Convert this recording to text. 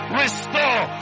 restore